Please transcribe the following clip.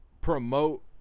promote